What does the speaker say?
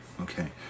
Okay